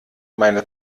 meine